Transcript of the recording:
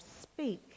speak